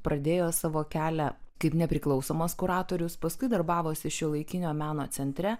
pradėjo savo kelią kaip nepriklausomas kuratorius paskui darbavosi šiuolaikinio meno centre